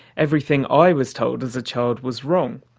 everything i was told as a child was wrong.